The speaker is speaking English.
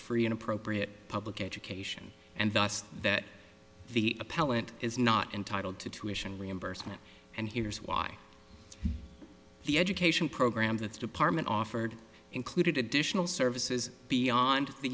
free and appropriate public education and thus that the appellant is not entitled to tuition reimbursement and here's why the education program that's department offered included additional services beyond the